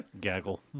Gaggle